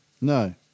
No